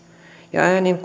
ja äänin